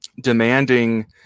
demanding